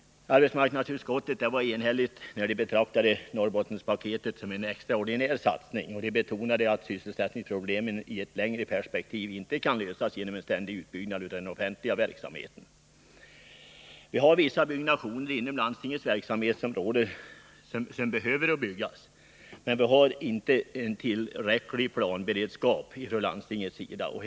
Arbetsmarknadsutskottet var enhälligt i sin syn på Norrbottenpaketet som en extraordinär satsning, och vi betonade att sysselsättningsproblemen i ett längre perspektiv inte kan lösas genom en ständig utbyggnad av den offentliga verksamheten. Vissa byggnationer inom landstingets verksamhet behöver genomföras, men landstinget har inte en tillräcklig planberedskap för större insatser.